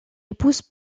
épouse